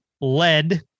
lead